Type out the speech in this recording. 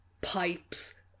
pipes